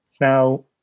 Now